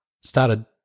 started